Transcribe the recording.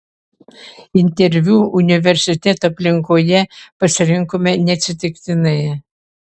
interviu universiteto aplinkoje pasirinkome neatsitiktinai